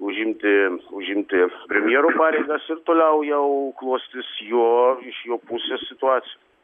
užimti užimti premjero pareigas ir toliau jau klostys jo iš jo pusės situacija